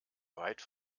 weit